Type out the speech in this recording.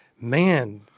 man